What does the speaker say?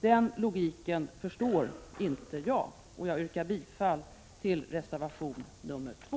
Den logiken förstår jag inte, och jag yrkar bifall till reservation 2.